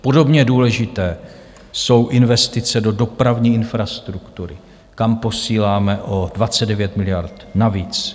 Podobně důležité jsou investice do dopravní infrastruktury, kam posíláme o 29 miliard navíc.